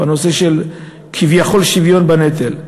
בנושא של כביכול שוויון בנטל.